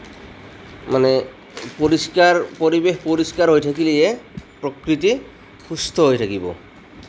মানে পৰিষ্কাৰ পৰিৱেশ পৰিষ্কাৰ হৈ থাকিলেহে প্ৰকৃতি সুস্থ হৈ থাকিব